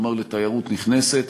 כלומר לתיירות נכנסת.